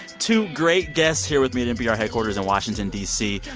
two great guests here with me at npr headquarters in washington, d c.